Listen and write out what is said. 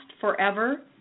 forever